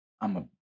I'ma